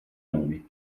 nomi